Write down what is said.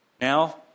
Now